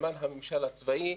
בזמן הממשל הצבאי.